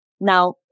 Now